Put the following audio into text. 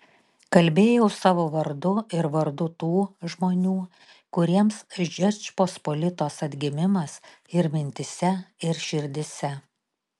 kalbėjau savo vardu ir vardu tų žmonių kuriems žečpospolitos atgimimas ir mintyse ir širdyse